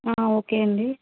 okay అండి